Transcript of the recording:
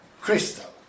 crystal